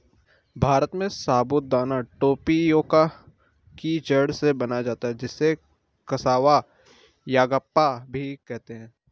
भारत में साबूदाना टेपियोका की जड़ से बनाया जाता है जिसे कसावा यागप्पा भी कहते हैं